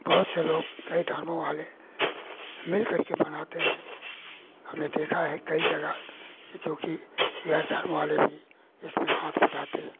बहुत से लोग कई धर्मों वाले मिल करके मनाते हैं हमने देखा है कई जगह कि जोकि यह धर्म वाले भी इसमें हाथ बटाते हैं